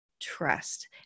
trust